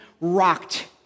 rocked